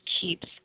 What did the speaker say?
keeps